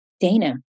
Dana